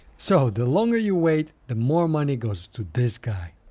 so the longer you wait, the more money goes to this guy.